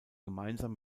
gemeinsam